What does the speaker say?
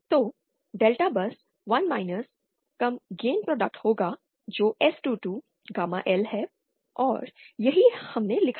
तो डेल्टा बस 1 माइनस कम गेन प्रोडक्ट होगा जो S22 गामा L है और यही हमने लिखा है